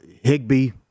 Higby